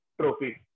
trophy